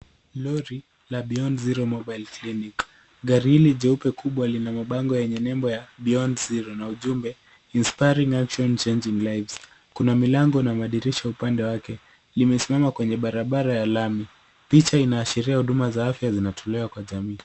Lori la Beyond Zero Mobile Clinic gari hili jeupe kubwa lina mabango yenye nembo ya Beyond Zero na ujumbe Inspiring Actions Changing Lives. Kuna milango na madirisha upande wake limesimama kwenye barabara ya lami. Picha inaashiria huduma za afya zinatolewa kwa jamii.